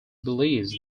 believes